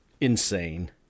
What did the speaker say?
insane